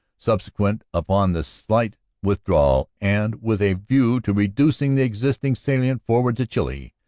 subsequent upon this slight withdrawal, and with a view to reducing the existing salient forward to chilly,